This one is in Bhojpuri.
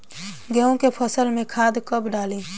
गेहूं के फसल में खाद कब डाली?